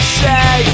say